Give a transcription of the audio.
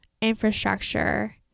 infrastructure